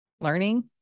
learning